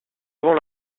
avant